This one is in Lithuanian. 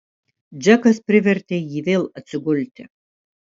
džekas privertė jį vėl atsigulti